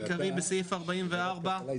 הכול, לא בהכרח בסדר שנשאלתי.